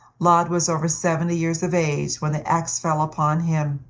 laud was over seventy years of age when the ax fell upon him.